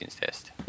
test